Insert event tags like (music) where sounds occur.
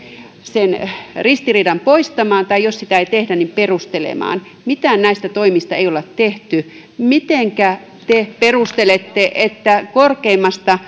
sen ristiriidan poistamaan tai jos sitä ei tehdä niin perustelemaan mitään näistä toimista ei ole tehty mitenkä te perustelette että korkeimmasta (unintelligible)